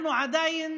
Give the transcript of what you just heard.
אנחנו עדיין